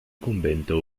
convento